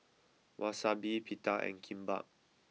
Wasabi Pita and Kimbap